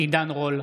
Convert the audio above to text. עידן רול,